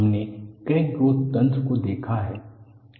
हमने crack growth तंत्र को देखा है